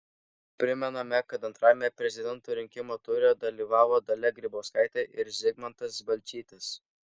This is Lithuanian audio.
primename kad antrajame prezidento rinkimų ture dalyvavo dalia grybauskaitė ir zygmantas balčytis